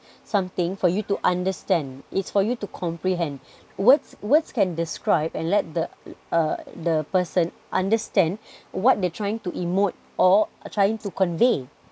something for you to understand it's for you to comprehend words words can describe and let the uh the person understand what they're trying to emote or trying to convey